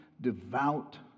devout